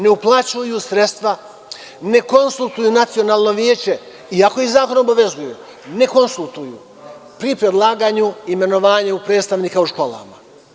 Ne uplaćuju sredstva, ne konsultuju Nacionalno veće iako ih zakon obavezuje, ne konsultuju pri predlaganju i imenovanju predstavnika u školama.